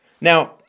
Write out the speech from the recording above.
Now